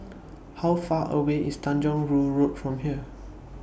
How Far away IS Tanjong Rhu Road from here